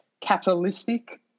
capitalistic